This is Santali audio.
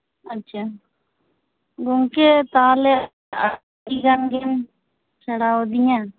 ᱟᱪᱪᱷᱟ ᱟᱪᱪᱷᱟ ᱜᱚᱝᱠᱮ ᱛᱟᱦᱞᱮ ᱟᱹᱰᱤᱜᱟᱱ ᱜᱮᱢ ᱥᱮᱬᱟᱣᱟᱫᱤᱧᱟ